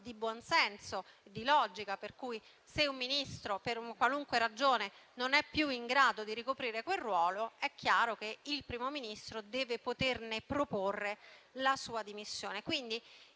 di buonsenso. Se un Ministro, per una qualunque ragione, non è più in grado di ricoprire quel ruolo, è chiaro che il Primo Ministro deve poterne proporre le dimissioni.